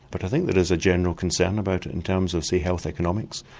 but i think there is a general concern about it in terms of say health economics,